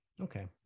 Okay